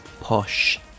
posh